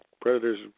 Predators